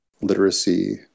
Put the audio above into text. Literacy